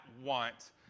want